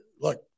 look